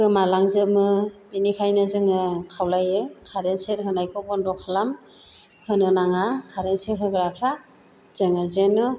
गोमा लांजोमो बेनिखायनो जोङो खावलायो कारेन स'ख होनायखौ बन्द खालाम होनो नाङा कारेन स'ख होग्राफ्रा जोंङो जेन'